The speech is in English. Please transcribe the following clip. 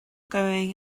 going